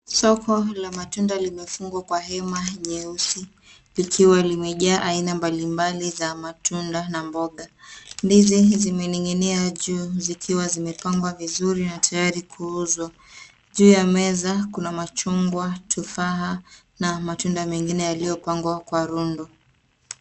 Soko la matunda imefungwa kwa hema nyeusi likiwa limejaa aina mbalimbali za matunda na mboga. Ndizi zimening'inia juu zikiwa zimepangwa vizuri na tayari kuuzwa. Juu ya meza kuna machungwa, tufaha na matunda mengine yaliyopangwa kwa rundo.